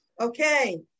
Okay